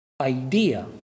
idea